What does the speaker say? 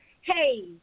Hey